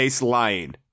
lying